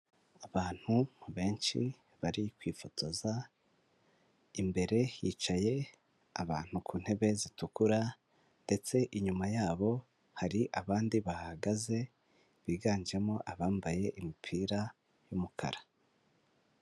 Abantu benshi bari kwifotoza, imbere hicaye abantu ku ntebe zitukura ndetse inyuma yabo hari abandi bahagaze biganjemo abambaye imipira y'umukara.